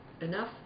enough